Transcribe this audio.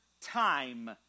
time